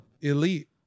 Elite